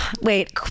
Wait